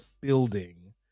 building